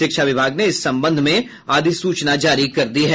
शिक्षा विभाग ने इस संबंध में अधिसूचना जारी कर दी है